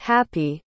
Happy